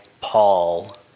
Paul